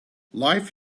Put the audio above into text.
life